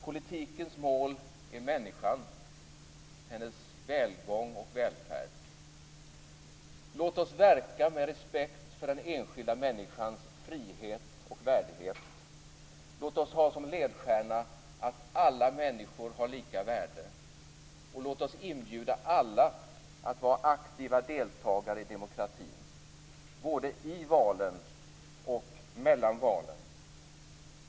Politikens mål är människan - hennes välgång och välfärd. Låt oss verka med respekt för den enskilda människans frihet och värdighet. Låt oss ha som ledstjärna att alla människor har lika värde. Och låt oss inbjuda alla att vara aktiva deltagare i demokratin, både i valen och mellan valen.